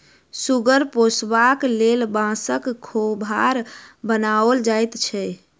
सुगर पोसबाक लेल बाँसक खोभार बनाओल जाइत छै